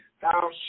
thou